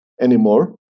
anymore